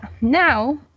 Now